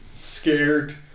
scared